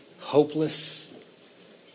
Hopeless